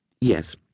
Yes